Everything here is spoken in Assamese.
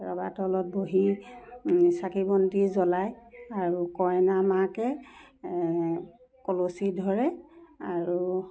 ৰভাতলত বহি চাকি বন্তি জ্ৱলায় আৰু কইনা মাকে কলচী ধৰে আৰু